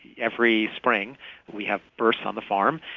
every spring we have births on the farm,